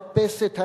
וחפש את העלם,